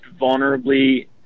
vulnerably